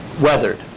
weathered